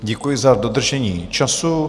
Děkuji za dodržení času.